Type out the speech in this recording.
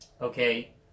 Okay